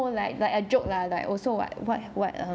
well like like a joke lah like also what what what